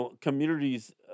communities